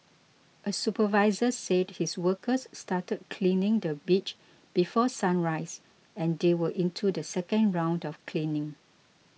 a supervisor said his workers started cleaning the beach before sunrise and they were into the second round of cleaning